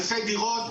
אלפי דירות.